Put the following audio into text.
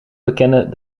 bekennen